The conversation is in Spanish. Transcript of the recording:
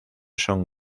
son